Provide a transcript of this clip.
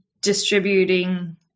distributing